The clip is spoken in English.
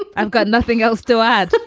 i've got nothing else to add.